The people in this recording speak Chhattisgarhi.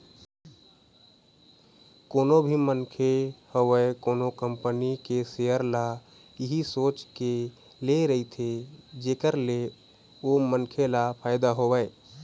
कोनो भी मनखे होवय कोनो कंपनी के सेयर ल इही सोच के ले रहिथे जेखर ले ओ मनखे ल फायदा होवय